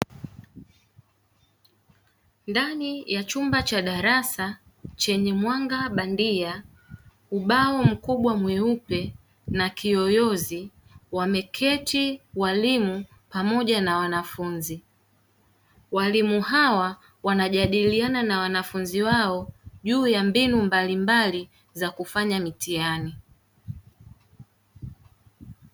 Ndani ya chumba cha darasa chenye mwanga bandia ubao mkubwa mweupe na kiyoyozi wameketi walimu pamoja na wanafunzi, walimu hawa wanajadiliana na wanafunzi wao juu ya mbinu mbalimbali za kufanya mitihani.